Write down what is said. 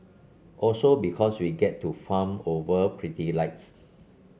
also because we get to fawn over pretty lights